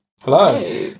Hello